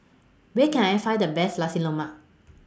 Where Can I Find The Best Nasi Lemak